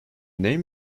name